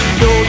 no